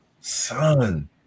Son